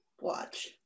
Watch